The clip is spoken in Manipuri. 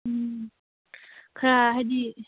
ꯎꯝ ꯈꯔ ꯍꯥꯏꯕꯗꯤ